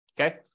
Okay